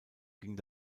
ging